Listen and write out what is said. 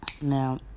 Now